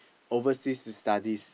overseas studies